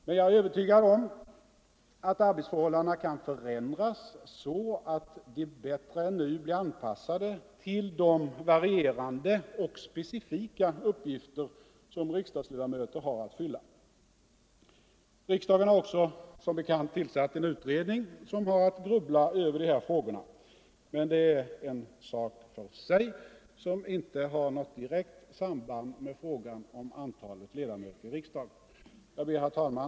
Men jag är övertygad om att arbetsförhållandena kan ändras, så att de bättre än nu blir anpassade till de varierande och specifika uppgifter som riksdagsledamöterna har att fylla. Riksdagen har som bekant också tillsatt en utredning som har att grubbla över de här frågorna. Men det är en sak för sig som inte har något direkt samband med frågan om antalet ledamöter i riksdagen. Herr talman!